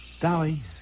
Dolly